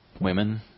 Women